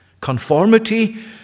conformity